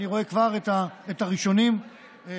אני רואה כבר את הראשונים מוחאים,